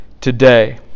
today